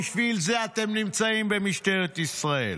בשביל זה אתם נמצאים במשטרת ישראל.